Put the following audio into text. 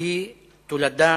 שהיא תולדה